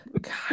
God